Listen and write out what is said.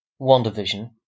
WandaVision